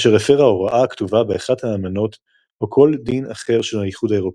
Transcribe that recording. אשר הפרה הוראה הכתובה באחת האמנות או כל דין אחר של האיחוד האירופי.